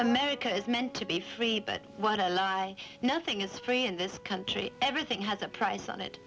america is meant to be free but what i lie nothing is free in this country everything has a price on it